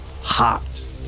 hot